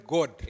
God